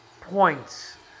points